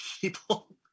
people